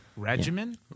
Regimen